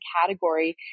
category